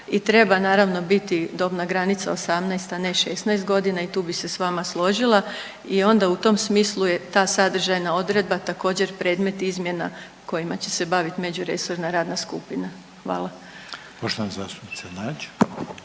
treba naravno biti dobna granica 18., a ne 16.g. i tu bi se s vama složila i onda u tom smislu je ta sadržajna odredba također predmet izmjena kojima će se bavit međuresorna radna skupina, hvala.